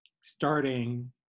starting